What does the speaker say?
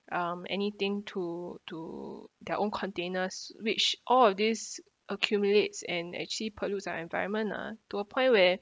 um anything to to their own containers which all of this accumulates and actually pollutes our environment lah to a point where